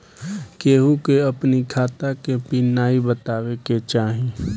केहू के अपनी खाता के पिन नाइ बतावे के चाही